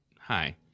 Hi